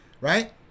right